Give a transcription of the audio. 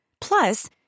Plus